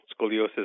scoliosis